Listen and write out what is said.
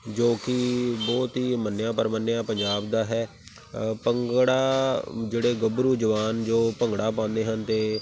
ਜੋ ਕਿ ਬਹੁਤ ਹੀ ਮੰਨਿਆ ਪ੍ਰਮੰਨਿਆ ਪੰਜਾਬ ਦਾ ਹੈ ਅ ਭੰਗੜਾ ਜਿਹੜੇ ਗੱਭਰੂ ਜਵਾਨ ਜੋ ਭੰਗੜਾ ਪਾਉਂਦੇ ਹਨ ਅਤੇ